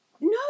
no